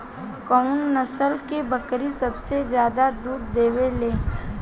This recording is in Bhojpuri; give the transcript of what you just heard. कउन नस्ल के बकरी सबसे ज्यादा दूध देवे लें?